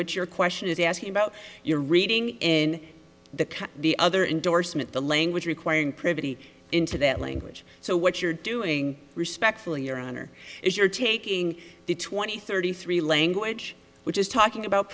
which your question is asking about your reading in the car the other indorsement the language requiring pretty into that language so what you're doing respectfully your honor if you're taking the twenty thirty three language which is talking about